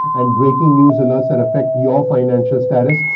and breaking news alerts that affect your financial status.